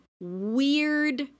weird